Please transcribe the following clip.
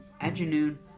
afternoon